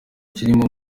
kirimo